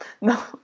No